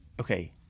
okay